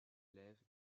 lèvent